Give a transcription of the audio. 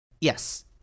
Yes